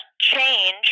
change